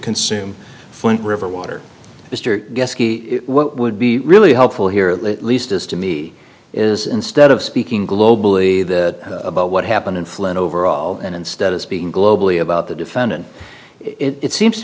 flint river water mr what would be really helpful here at least is to me is instead of speaking globally that about what happened in flint overall and instead of speaking globally about the defendant it seems to